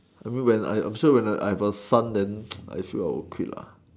I mean when I I'm sure when I I have son then I sure I will quit lah